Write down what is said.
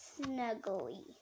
snuggly